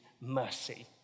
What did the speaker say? mercy